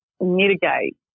mitigate